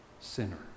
sinner